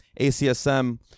ACSM